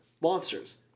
monsters